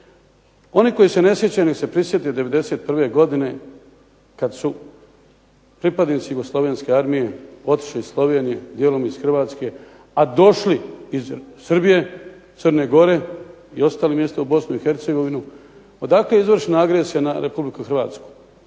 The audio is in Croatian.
Oni koji se ne sjećaju nek se prisjete '91. godine kad su pripadnici Jugoslavenske armije otišli iz Slovenije, dijelom iz Hrvatske, a došli iz Srbije, Crne Gore i ostalih mjesta u Bosnu i Hercegovinu, odakle je izvršena agresija na Republiku Hrvatsku,